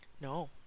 No